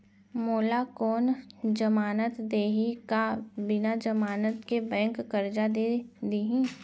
मोला कोन जमानत देहि का बिना जमानत के बैंक करजा दे दिही?